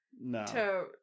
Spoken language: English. No